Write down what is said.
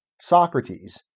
Socrates